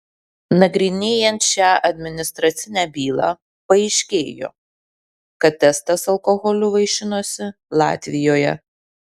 nagrinėjant šią administracinę bylą paaiškėjo kad estas alkoholiu vaišinosi latvijoje